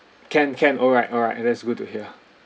can can alright alright that's good to hear